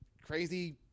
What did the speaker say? Crazy